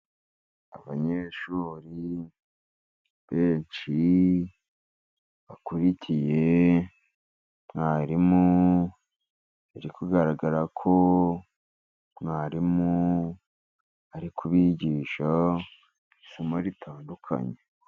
Abanyeshuri benshi bakurikiye mwarimu , biri kugaragara ko mwarimu ari kubigisha isomo ritandukanye.